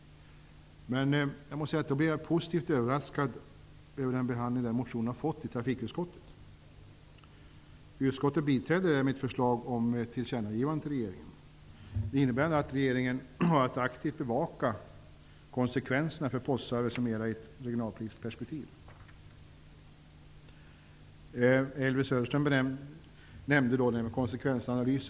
Jag blev positivt överraskad över den behandling motionen har fått i trafikutskottet. Utskottet biträder mitt förslag om ett tillkännagivande till regeringen innebärande att regeringen kommer att aktivt bevaka konsekvenserna för postservice m.m. i ett regionalpolitiskt perspektiv. Elvy Söderström nämner konsekvensanalyser.